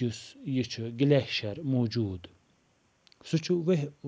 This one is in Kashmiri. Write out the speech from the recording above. یُس یہِ چھُ گلیشَر موٗجوٗد سُہ چھُ